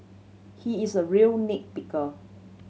he is a real nit picker